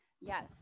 yes